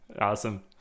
Awesome